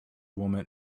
woman